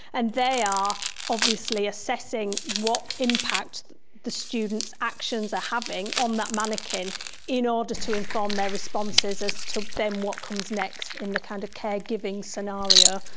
and they are obviously assessing what impact the students' actions are having on that manikin in order to inform their responses as to then what comes next in the kind of caregiving scenario,